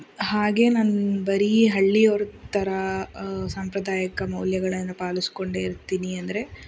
ಹಾಗೆ ನಾನು ಬರಿ ಹಳ್ಳಿಯವ್ರ ಥರ ಸಾಂಪ್ರದಾಯಿಕ ಮೌಲ್ಯಗಳನ್ನು ಪಾಲಿಸಿಕೊಂಡೆ ಇರ್ತೀನಿ ಅಂದರೆ